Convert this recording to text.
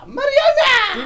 Mariana